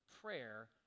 prayer